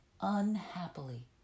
unhappily